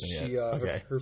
Okay